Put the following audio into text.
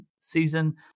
season